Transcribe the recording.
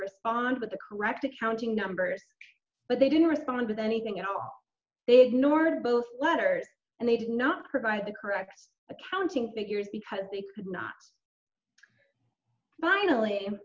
respond with the correct accounting numbers but they didn't respond with anything at all they ignored both letters and they did not provide the correct accounting figures because they could not finally